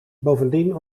bovendien